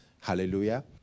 Hallelujah